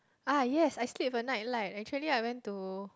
ah yes I sleep with a nightlight actually I went to